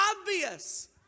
obvious